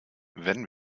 wenn